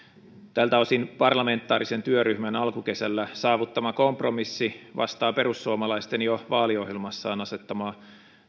tältä osin parlamentaarisen työryhmän alkukesällä saavuttama kompromissi vastaa perussuomalaisten jo vaaliohjelmassaan asettamaa